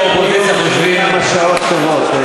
עוד כמה שעות טובות,